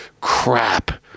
crap